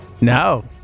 No